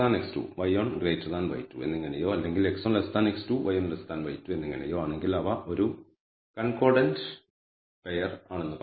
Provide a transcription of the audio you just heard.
x1x2 y1y2 എന്നിങ്ങനെയോ അല്ലെങ്കിൽ x1x2 y1y2 എന്നിങ്ങനെയോ ആണെങ്കിൽ അവ ഒരു കൺകോർഡൻറ് പെയർ ആണെന്നു പറയും